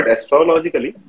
Astrologically